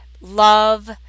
love